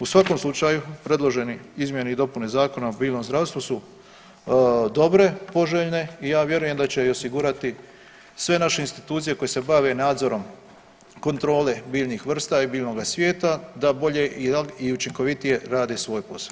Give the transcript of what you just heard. U svakom slučaju predložene izmjene i dopune Zakona o biljnom zdravstvu su dobre, poželjne i ja vjerujem da će i osigurati sve naše institucije koje se bave nadzorom kontrole biljnih vrsta i biljnoga svijeta da bolje i učinkovitije rade svoj posao.